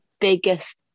biggest